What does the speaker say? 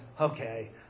okay